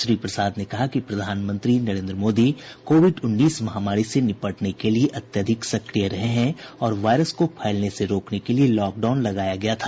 श्री प्रसाद ने कहा कि प्रधानमंत्री नरेंद्र मोदी कोविड उन्नीस महामारी से निपटने के लिए अत्यधिक सक्रिय रहे हैं और वायरस को फैलने से रोकने के लिए लॉकडाउन लगाया गया था